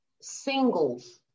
singles